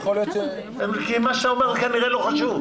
כי מה שאתה אומר כנראה לא חושב.